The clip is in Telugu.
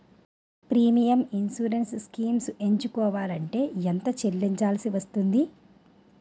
ప్రీమియం ఇన్సురెన్స్ స్కీమ్స్ ఎంచుకోవలంటే ఎంత చల్లించాల్సివస్తుంది??